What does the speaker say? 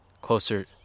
closer